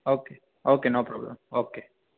okay okay no problem okay